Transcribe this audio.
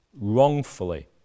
wrongfully